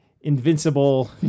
invincible